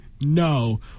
no